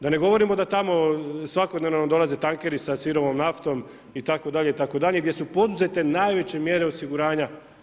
Da ne govorimo da tamo, svakodnevno nam dolaze tankeri sa sirovom naftom itd. itd. gdje su poduzete najveće mjere osiguranja.